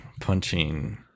punching